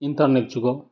internet जुगाव